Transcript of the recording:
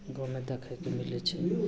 गाममे देखैके मिलै छै